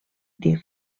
tir